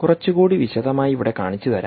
കുറച്ചുകൂടി വിശദമായി ഇവിടെ കാണിച്ചുതരാം